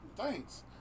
Thanks